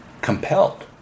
compelled